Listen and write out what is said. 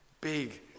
big